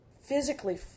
physically